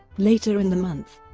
later in the month,